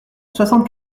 soixante